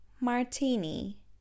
Martini